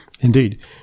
Indeed